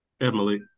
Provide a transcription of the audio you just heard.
Emily